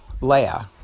Leia